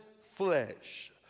flesh